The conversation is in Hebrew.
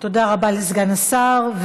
תודה רבה לסגן השר.